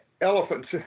elephants